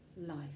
Life